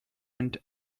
and